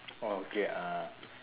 oh okay ah